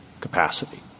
capacity